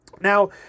Now